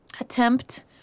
attempt